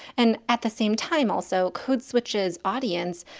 and at the same time also, code switch's audience,